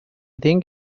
think